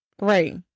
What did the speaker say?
Right